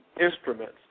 instruments